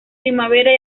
primavera